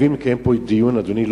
חייבים לקיים פה דיון, אדוני.